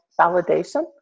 validation